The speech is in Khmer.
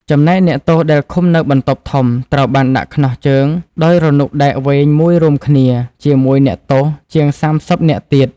ចំណែកអ្នកទោសដែលឃុំនៅបន្ទប់ធំត្រូវបានដាក់ខ្ចោះជើងដោយរនុកដែកវែងមួយរួមគ្នា ជាមួយអ្នកទោសជាង សាមសិបនាក់ទៀត។